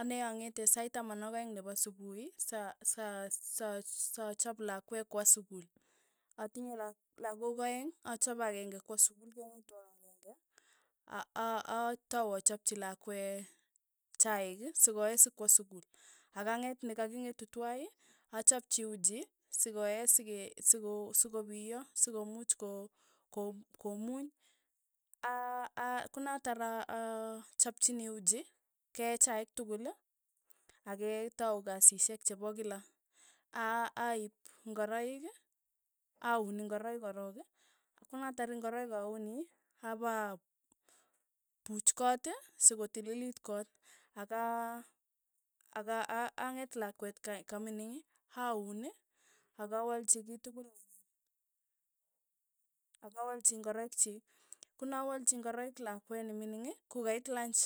Ane ang'ete sait taman ak aeng' nepa supuhi, sa sa sa sachap lakwe kwa sukul, atinye la lakok aeng' achape akeng'e kwa sukul, keng'etu ak akeng'e, a- aatau chapchi lakwe chaik sikoee sikwa sukul, akang'et nkaking'etu twai, achapchi uji sikoee sike siko soko piyo, sokomuch ko pkomuny, a- akonatar a- achapchini uji, kee chaik tukul, aketau kasishek chepa kila, a- aaip ngoroik, aun ngoroik korok, konatar ngoroik auni, apapuuch koot, sikotililit koot, aka aka a- aang'et lakwet ka ka mining, auun, ak awalchi kiy tukul nenyi, akawalchi ngoroik chi, konawalchi ngoroik lakwe ne mining, kokait lanch,